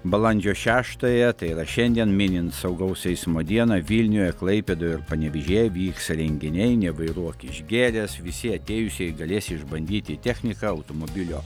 balandžio šeštąją tai yra šiandien minint saugaus eismo dieną vilniuje klaipėdoje ir panevėžyje vyks renginiai nevairuok išgėręs visi atėjusieji galės išbandyti techniką automobilio